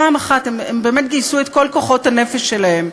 פעם אחת הם באמת גייסו את כל כוחות הנפש שלהם,